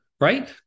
right